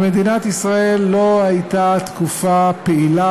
למדינת ישראל לא הייתה תקופה פעילה